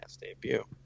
debut